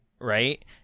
right